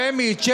שמית.